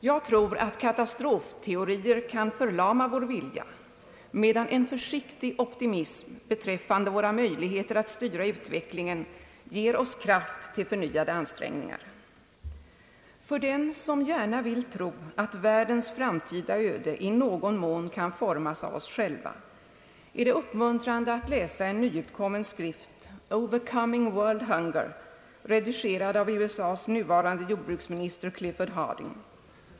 Jag tror att katastrofteorier kan förlama vår vilja, medan en försiktig optimism beträffande våra möjligheter att styra utvecklingen ger oss kraft till förnyade ansträngningar. För den som gärna vill tro att världens framtida öde i någon mån kan for mas av oss själva är det uppmuntrande att läsa en nyutkommen skrift, Overcoming world hunger, redigerad av USA:s nuvarande jordbruksminister Clifford Hardin.